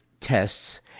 tests